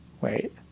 wait